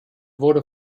wurde